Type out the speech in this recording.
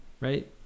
right